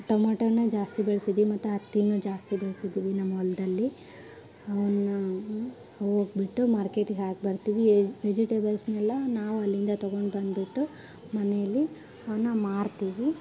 tomato ಹಣ್ಣ ಜಾಸ್ತಿ ಬೆಳ್ಸಿದೀವಿ ಮತ್ತು ಹತ್ತಿನೂ ಜಾಸ್ತಿ ಬೆಳ್ಸಿದೀವಿ ನಮ್ಮ ಹೊಲ್ದಲ್ಲಿ ಅವುನ್ನ ಅವುಕ್ಕೆ ಬಿಟ್ಟು ಮಾರ್ಕೆಟಿಗೆ ಹಾಕಿ ಬರ್ತೀವಿ ವೆಜಿಟೇಬಲ್ಸ್ನೆಲ್ಲ ನಾವು ಅಲ್ಲಿಂದ ತಗೊಂಡು ಬಂದುಬಿಟ್ಟು ಮನೆಯಲ್ಲಿ ಅವುನ್ನ ಮಾರ್ತೀವಿ